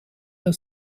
der